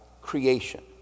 creation